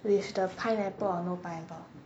with the pineapple or no pineapple